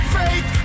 faith